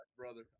Brother